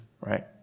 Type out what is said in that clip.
right